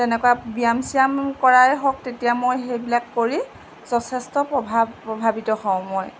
তেনেকুৱা ব্যায়াম চিয়াম কৰাই হওক তেতিয়া মই সেইবিলাক কৰি যথেষ্ট প্ৰভাৱ প্ৰভাৱিত হওঁ মই